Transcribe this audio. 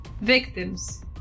victims